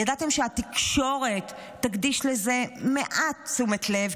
ידעתם שהתקשורת תקדיש לזה מעט תשומת לב,